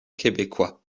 québécois